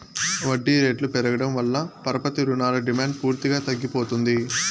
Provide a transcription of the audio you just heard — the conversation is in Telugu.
వడ్డీ రేట్లు పెరగడం వల్ల పరపతి రుణాల డిమాండ్ పూర్తిగా తగ్గిపోతుంది